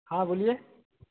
ہاں بولیے